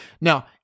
Now